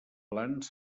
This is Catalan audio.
plans